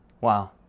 Wow